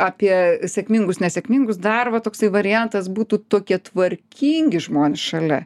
apie sėkmingus nesėkmingus dar va toksai variantas būtų tokie tvarkingi žmonės šalia